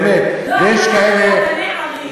באמת, יש כאלה, לא, אתה אמרת "רבני ערים".